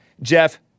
Jeff